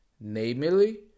namely